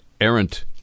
errant